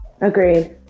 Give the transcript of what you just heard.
Agreed